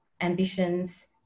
ambitions